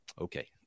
okay